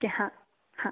ते हां हां